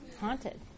haunted